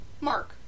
Mark